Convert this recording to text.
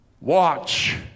Watch